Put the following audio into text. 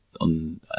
on